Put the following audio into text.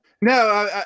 No